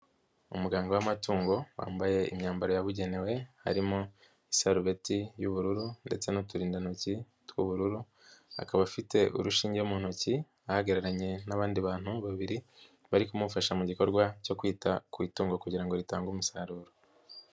Umuganga w'amatungo wambaye imyambaro yabugenewe, harimo: isarubeti y'ubururu ndetse n'uturindantoki tw'ubururu, akaba afite urushinge mu ntoki, ahagararanye n'abandi bantu babiri, bari kumufasha mu gikorwa cyo kwita ku itungo kugira ngo ritange umusaruro.